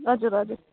हजुर हजुर